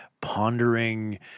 pondering